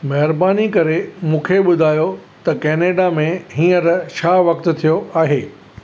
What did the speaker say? महिरबानी करे मूंखे ॿुधायो त कैनेडा में हींअर छा वक़्तु थियो आहे